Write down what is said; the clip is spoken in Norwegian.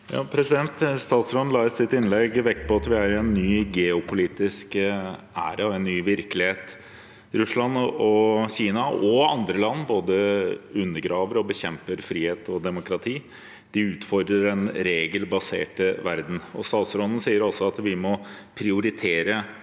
Statsråden la i sitt innlegg vekt på at vi er i en ny geopolitisk æra og en ny virkelighet. Russland, Kina og andre land både undergraver og bekjemper frihet og demokrati. De utfordrer den regelbaserte verden. Statsråden sa også at vi må prioritere